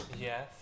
Yes